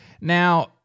Now